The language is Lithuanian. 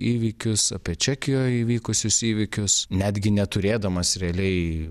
įvykius apie čekijoje įvykusius įvykius netgi neturėdamas realiai